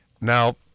now